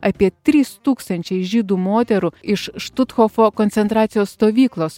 apie trys tūkstančiai žydų moterų iš štuthofo koncentracijos stovyklos